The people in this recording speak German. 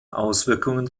auswirkungen